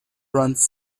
runs